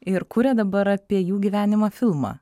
ir kuria dabar apie jų gyvenimą filmą